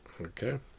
Okay